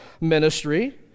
ministry